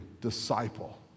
disciple